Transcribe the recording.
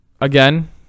again